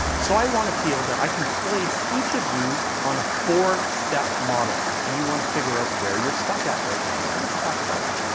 so i wanna feel that i can place each of you on a four step model. and you wanna figure out where you're stuck at right now. so let's talk about it.